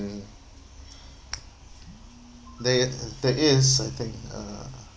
there i~ there is I think uh